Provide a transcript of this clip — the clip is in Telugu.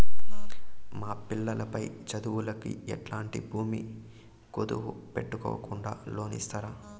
మా పిల్లలు పై చదువులకు ఎట్లాంటి భూమి కుదువు పెట్టుకోకుండా లోను ఇస్తారా